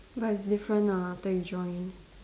but it's different lah after you join